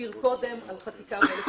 הזכיר קודם, על חקיקה מ-1934.